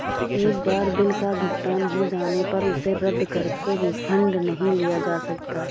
एक बार बिल का भुगतान हो जाने पर उसे रद्द करके रिफंड नहीं लिया जा सकता